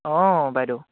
অঁ বাইদেউ